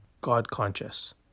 God-conscious